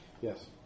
Yes